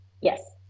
Yes